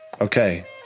Okay